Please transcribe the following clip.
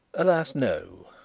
alas, no,